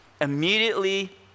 immediately